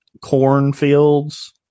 cornfields